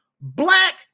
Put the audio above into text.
black